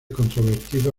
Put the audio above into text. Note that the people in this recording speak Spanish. controvertido